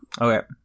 Okay